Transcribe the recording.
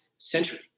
century